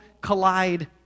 collide